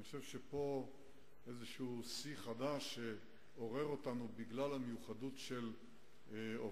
אני חושב שזה איזשהו שיא חדש שעורר אותנו בגלל המיוחדות של עבדת,